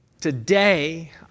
Today